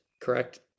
Correct